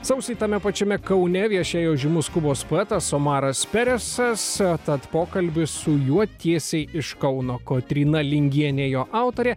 sausį tame pačiame kaune viešėjo žymus kubos poetas omaras peresas tad pokalbis su juo tiesiai iš kauno kotryna lingienė jo autorė